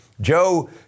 Joe